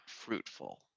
fruitful